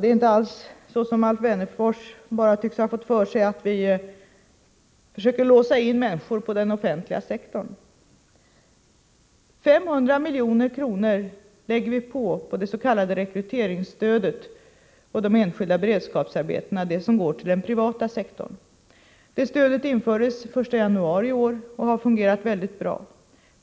Det är inte alls så, som Alf Wennerfors har fått för sig, att vi försöker låsa in människor i den offentliga sektorn. 500 milj.kr. lägger vi till på det s.k. rekryteringsstödet och de enskilda beredskapsarbetena, som går till den privata sektorn. Detta stöd infördes den 1 januari i år och har fungerat mycket bra.